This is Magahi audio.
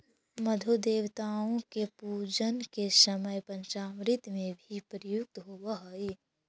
मधु देवताओं के पूजन के समय पंचामृत में भी प्रयुक्त होवअ हई